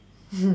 hmm